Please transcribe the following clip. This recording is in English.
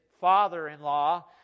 father-in-law